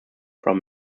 from